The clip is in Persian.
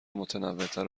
متنوعتر